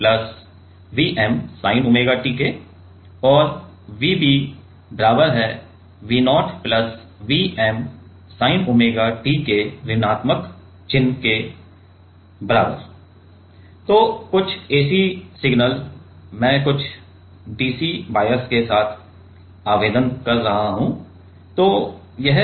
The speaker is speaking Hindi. तो कुछ ac सिग्नल मैं कुछ dc बायस के साथ आवेदन कर रहा हूं